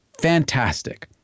fantastic